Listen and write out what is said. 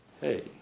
hey